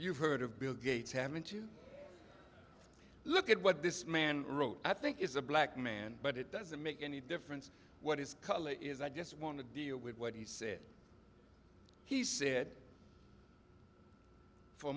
you've heard of bill gates having to look at what this man wrote i think is a black man but it doesn't make any difference what his color is i just want to deal with what he said he said for